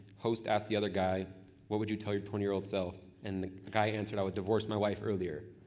host asked the other guy what would you tell your twenty year old self and the guy answered i would divorce my wife earlier.